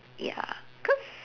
ya cause